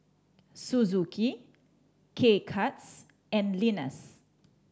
Suzuki K Cuts and Lenas